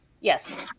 Yes